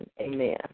Amen